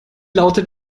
lautet